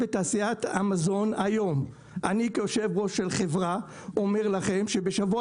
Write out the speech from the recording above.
בתעשיית המזון היום אני כיושב ראש של חברה אומר לכם שבשבוע